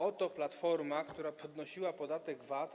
Oto Platforma, która podnosiła podatek VAT.